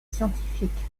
scientifique